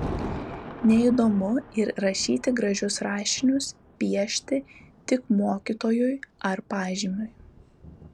neįdomu ir rašyti gražius rašinius piešti tik mokytojui ar pažymiui